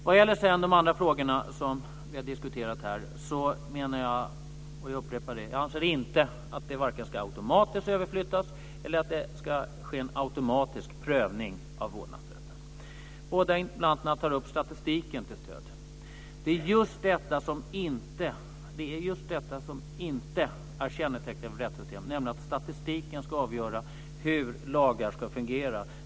Beträffande de andra frågor som vi har diskuterat här anser jag inte - och jag upprepar det - att vårdnaden vare sig automatiskt ska överflyttas eller att det ska ske en automatisk prövning av vårdnadsrätten. Båda interpellanterna tar upp statistiken som stöd. Det är just detta som inte är kännetecknande för rättstillämpningen, nämligen att statistiken ska avgöra hur lagar ska fungera.